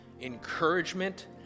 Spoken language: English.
encouragement